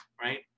Right